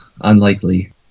Unlikely